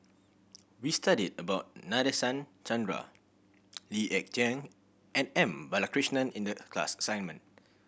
we studied about Nadasen Chandra Lee Ek Tieng and M Balakrishnan in the class assignment